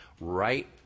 Right